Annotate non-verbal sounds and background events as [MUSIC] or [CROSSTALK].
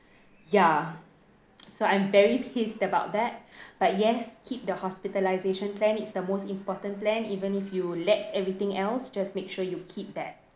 ya so I'm very pissed about that [BREATH] but yes keep the hospitalization plan it's the most important plan even if you let everything else just make sure you keep that